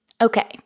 Okay